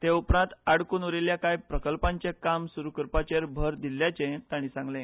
ते उपरांत आडकून उरिल्ल्या कांय प्रकल्पाचें काम सुरू करपाचेर भर दिल्ल्याचें तांणी सांगलें